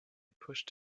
pushed